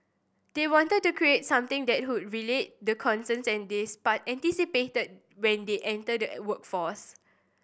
they wanted to create something that would relate the concerns they anticipated when they entered the workforce